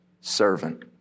servant